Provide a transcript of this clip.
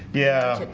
yeah,